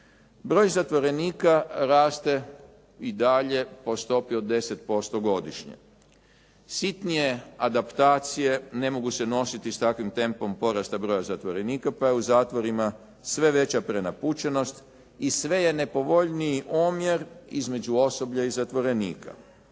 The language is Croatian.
Broj zatvorenika raste i dalje po stopi od 10% godišnje. Sitnije adaptacije ne mogu se nositi s takvim tempom porasta broja zatvorenika pa je u zatvorima sve veća prenapučenost i sve je nepovoljniji omjer između osoblja i zatvorenika.